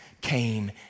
came